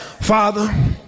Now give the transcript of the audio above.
Father